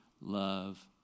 love